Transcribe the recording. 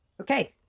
Okay